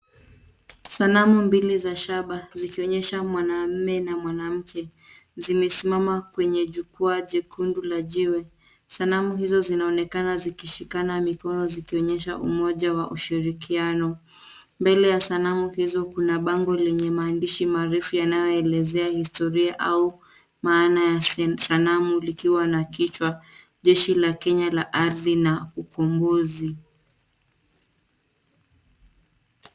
Sanamu mbili za shaba zikionyesha mwanaume na mwanamke zimesimama kwenye jukwaa jekundu la jiwe sanamu hizo zinaonekana zikishikana mikono zikionyesha umoja wa ushirikianao mbele ya sanamu hizo kuna bango lenye maadishi marefu yanayoelezea historia au maana ya sanamu kikiwa na kichwa Jeshi la Kenya la ardhi na ukombozi.